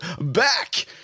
back